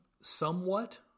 somewhat